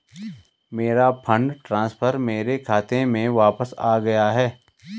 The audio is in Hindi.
मेरा फंड ट्रांसफर मेरे खाते में वापस आ गया है